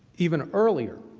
even earlier